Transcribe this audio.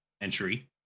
entry